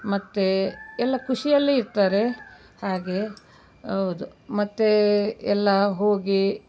ಮತ್ತೆ ಎಲ್ಲ ಖುಷಿಯಲ್ಲಿ ಇರ್ತಾರೆ ಹಾಗೆ ಹೌದು ಮತ್ತೆ ಎಲ್ಲ ಹೋಗಿ